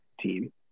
team